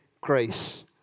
grace